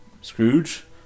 Scrooge